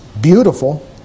beautiful